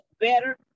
better